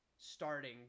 starting